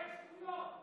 את מדברת שטויות.